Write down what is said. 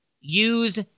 use